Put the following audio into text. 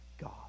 God